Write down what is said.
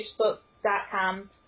facebook.com